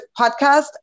podcast